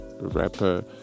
rapper